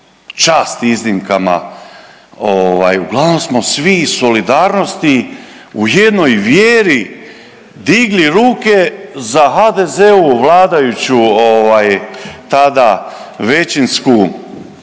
čast iznimkama ovaj uglavnom smo svi iz solidarnosti u jednoj vjeri digli ruke za HDZ-ovu vladajuću tada većinsku